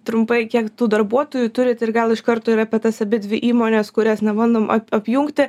trumpai kiek tų darbuotojų turit ir gal iš karto ir apie tas abidvi įmonės kurias na bandom ap apjungti